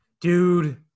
dude